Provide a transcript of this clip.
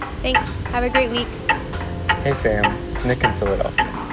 thanks. have a great week hey, sam. it's nick in philadelphia.